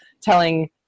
telling